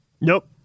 Nope